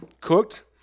cooked